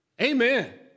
Amen